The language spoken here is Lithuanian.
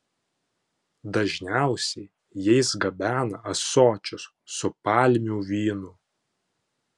dažniausiai jais gabena ąsočius su palmių vynu